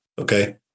Okay